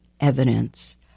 evidence